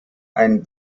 ein